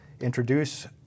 introduce